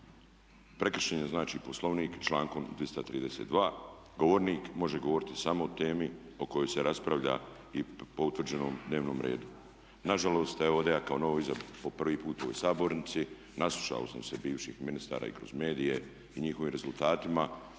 Prekršen je znači Poslovnik člankom 232. Govornik može govoriti samo o temi o kojoj se raspravlja po utvrđenom dnevnom redu. Na žalost, evo ovdje ja kao novoizabrani, po prvi put u ovoj sabornici naslušao sam se bivših ministara i kroz medije i njihovim rezultatima.